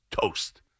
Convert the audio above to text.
toast